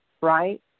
right